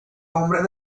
hombres